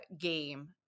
game